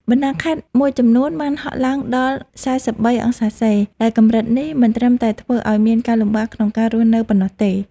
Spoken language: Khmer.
បណ្តាខេត្តមួយចំនួនបានហក់ឡើងដល់ ៤៣ អង្សាសេ ដែលកម្រិតនេះមិនត្រឹមតែធ្វើឱ្យមានការលំបាកក្នុងការរស់នៅប៉ុណ្ណោះទេ។